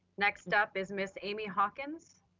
next up is ms. amy hawkins.